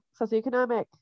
socioeconomic